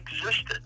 existed